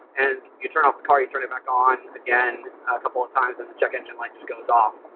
and you turn off the car, you turn it back on again a couple of times and the check engine light just goes off.